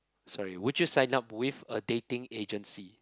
sorry would you sign up with a dating agency